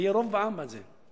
ויהיה רוב בעם בעד זה.